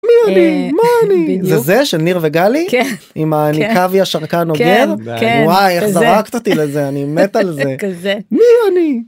"מי אני, מה אני", זה זה של ניר וגלי? כן. עם ה"אני קוויה שרקן אוגר" כן. כן וואי איך זרקת אותי לזה אני מת על זה. כזה. "מי אני"